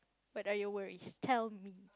what are your worry tell me